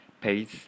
pace